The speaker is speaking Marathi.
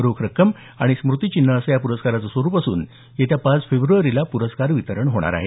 रोख रक्कम आणि स्मृतिचिन्ह असं या प्रस्काराचं स्वरूप असून येत्या पाच फेब्रुवारीला पुरस्कार वितरण होणार आहे